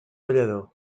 ballador